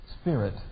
spirit